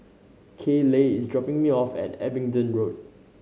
Kayleigh is dropping me off at Abingdon Road